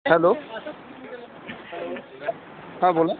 hello हं बोला